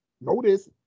notice